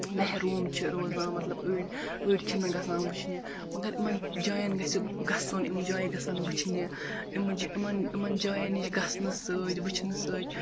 محروٗم چھِ روزان مطلب أڑۍ أڑۍ چھِنہٕ گژھان وٕچھنہِ مگر یِمَن جایَن گژھِ گَژھُن یِم جایہِ گژھن وٕچھنہِ یِم جہِ یِمَن یِمَن جایَن نِش گژھنہٕ سۭتۍ وُچھنہٕ سۭتۍ